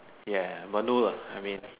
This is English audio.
ya but no lah I mean